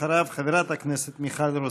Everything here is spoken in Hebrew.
אחריו, חברת הכנסת מיכל רוזין.